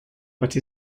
but